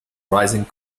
rising